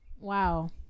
wow